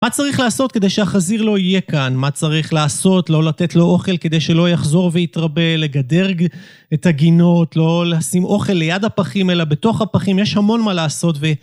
מה צריך לעשות כדי שהחזיר לא יהיה כאן? מה צריך לעשות? לא לתת לו אוכל כדי שלא יחזור ויתרבה? לגדר את הגינות? לא לשים אוכל ליד הפחים, אלא בתוך הפחים? יש המון מה לעשות ו...